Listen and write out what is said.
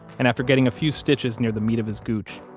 and after getting a few stitches near the meat of his gooch,